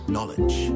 Knowledge